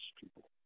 people